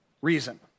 reason